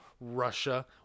Russia